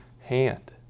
hand